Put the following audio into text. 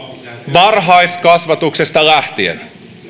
varhaiskasvatuksesta lähtien